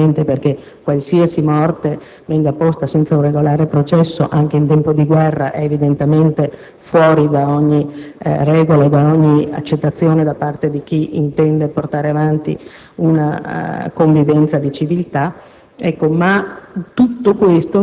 ingiustamente uccise. Dico ingiustamente perché qualsiasi morte venga posta, senza un regolare processo, anche in tempo di guerra, è evidentemente fuori da ogni regola e da ogni accettazione da parte di chi intende portare avanti una convivenza di civiltà.